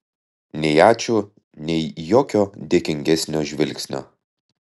nei ačiū nei jokio dėkingesnio žvilgsnio